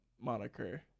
moniker